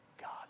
God